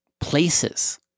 places